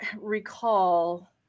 recall